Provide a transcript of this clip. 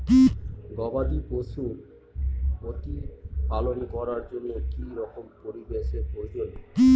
গবাদী পশু প্রতিপালন করার জন্য কি রকম পরিবেশের প্রয়োজন?